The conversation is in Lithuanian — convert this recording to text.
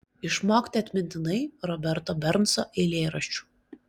išmokti atmintinai roberto bernso eilėraščių